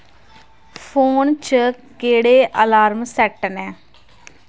phone च केह्ड़े alarm set न